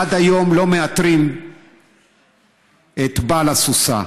עד היום לא מאתרים את בעל הסוסה,